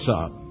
up